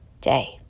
day